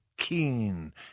keen